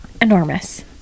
enormous